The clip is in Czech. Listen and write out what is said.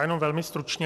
Jenom velmi stručně.